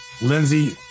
Lindsay